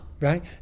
right